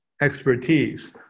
expertise